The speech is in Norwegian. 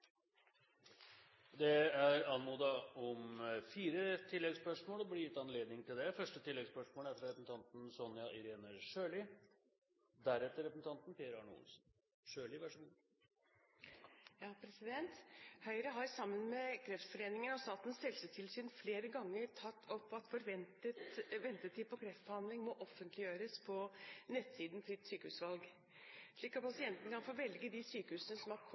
Det blir gitt anledning til fire oppfølgingsspørsmål – først Sonja Irene Sjøli. Høyre har sammen med Kreftforeningen og Statens helsetilsyn flere ganger tatt opp at forventet ventetid for kreftbehandling må offentliggjøres på nettsiden Fritt sykehusvalg, slik at pasienten kan velge det sykehuset som har